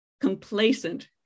complacent